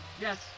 Yes